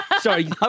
sorry